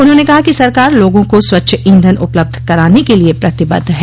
उन्होंने कहा कि सरकार लोगों को स्वच्छ ईधन उपलब्ध कराने के लिए प्रतिबद्ध है